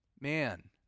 man